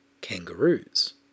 kangaroos